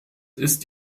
ist